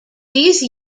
these